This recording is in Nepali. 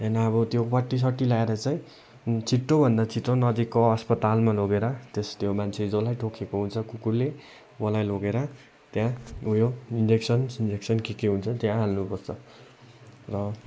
त्यहाँदेखि अब त्यो पट्टीसट्टी लाएर चाहिँ छिट्टोभन्दा छिट्टो नजिकको अस्पतालमा लगेर त्यस त्यो मान्छे जसलाई टोकेको हुन्छ कुकुरले उहाँलाई लगेर त्यहाँ लगेर उयो इन्जेक्सनसिन्जेक्सन के के हुन्छ त्यहाँ हाल्नुपर्छ र